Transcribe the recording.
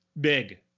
big